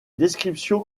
descriptions